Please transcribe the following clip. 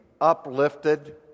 uplifted